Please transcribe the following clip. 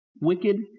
wicked